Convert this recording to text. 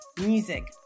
music